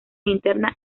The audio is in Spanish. internas